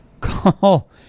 call